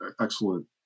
excellent